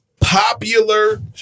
popular